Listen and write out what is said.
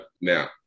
now